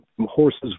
horses